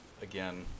Again